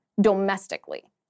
domestically